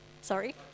sorry